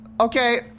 Okay